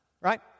right